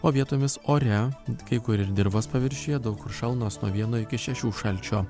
o vietomis ore kai kur ir dirvos paviršiuje daug kur šalnos nuo vieno iki šešių šalčio